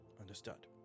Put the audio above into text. Understood